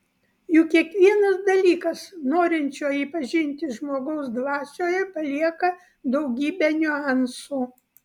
juk kiekvienas dalykas norinčio jį pažinti žmogaus dvasioje palieka daugybę niuansų